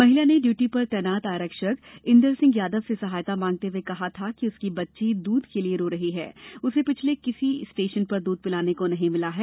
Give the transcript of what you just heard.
महिला ने ड्यूटी पर तैनात आरक्षक इंदर सिंह यादव से सहायता मांगते हुए कहा था कि उसकी बच्ची दूध के लिये रो रही है उसे पिछले किसी स्टेशन पर दूध पिलाने को नहीं मिला है